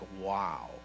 wow